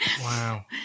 wow